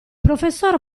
professor